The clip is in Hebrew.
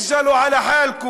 (אומר בערבית: